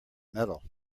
metal